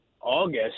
August